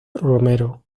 romero